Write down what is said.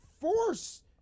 force